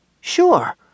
Sure